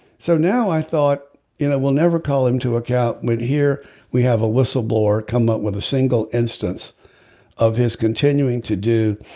so now i thought you know we'll never call him to account well here we have a whistleblower come up with a single instance of his continuing to do